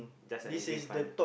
just like having fun lah